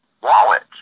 wallet